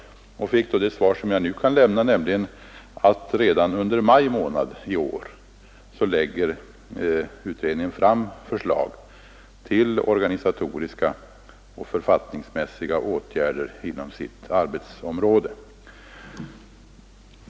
Jag fick då det svar som jag nu kan lämna, nämligen att redan under maj i år lägger utredningen fram förslag till organisatoriska och författningsmässiga åtgärder inom sitt arbetsomiråde.